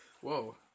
Whoa